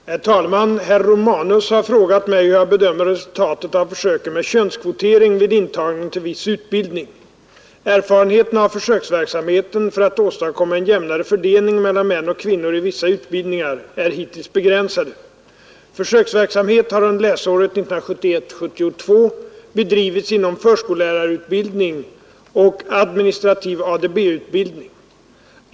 Herr talman! Herr Romanus har frågat mig hur jag bedömer resultatet av försöken med könskvotering vid intagning till viss utbildning. Erfarenheterna av försöksverksamheten för att åstadkomma en jämnare fördelning mellan män och kvinnor i vissa utbildningar är hittills begränsade. Försöksverksamhet har under läsåret 1971/72 bedrivits inom förskollärarutbildning och administrativ ADB-utbildning.